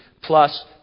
plus